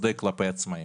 צודק כלפי עצמאים.